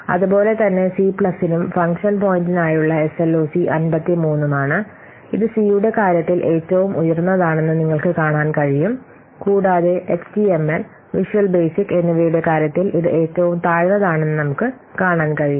അതുപോലെ തന്നെ സി പ്ലസിനും ഫംഗ്ഷൻ പോയിന്റിനായുള്ള SLOC 53 ഉം ആണ് ഇത് സി യുടെ കാര്യത്തിൽ ഏറ്റവും ഉയർന്നതാണെന്ന് നിങ്ങൾക്ക് കാണാൻ കഴിയും കൂടാതെ എച്ച്ടിഎംഎൽ വിഷ്വൽ ബേസിക് എന്നിവയുടെ കാര്യത്തിൽ ഇത് ഏറ്റവും താഴ്ന്നതാണെന്ന് നമുക്ക് കാണാൻ കഴിയും